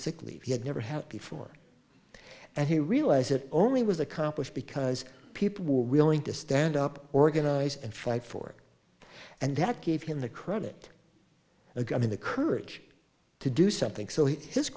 sick leave he had never had before and he realized that only was accomplished because people reeling to stand up organize and fight for and that gave him the credit a gun in the courage to do something so h